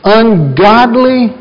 ungodly